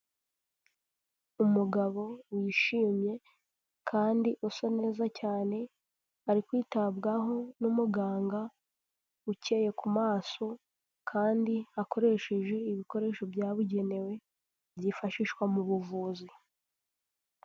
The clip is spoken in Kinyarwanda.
Umugabo wishimye kandi usa neza cyane ari kwitabwaho n'umuganga ucyeye ku maso kandi akoresheje ibikoresho byabugenewe byifashishwa mu buvuzi.